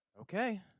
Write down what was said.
okay